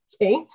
Okay